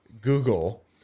Google